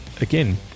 again